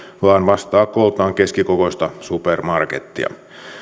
vaan vastaa kooltaan keskikokoista supermarkettia